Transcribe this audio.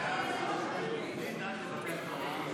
הסתייגות 33 לא נתקבלה.